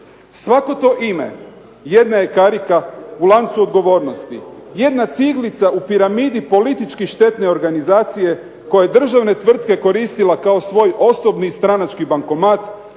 Svako to ime jedna je karika u lancu odgovornosti, jedna ciglica u piramidi politički štetne organizacije koje državne tvrtke je koristila kao svoj osobni stranački bankomat,